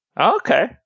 Okay